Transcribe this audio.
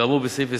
כאמור בסעיף 20(א)